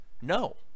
No